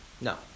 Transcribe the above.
No